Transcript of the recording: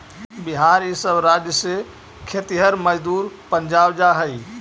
बिहार इ सब राज्य से खेतिहर मजदूर पंजाब जा हई